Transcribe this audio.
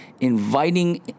inviting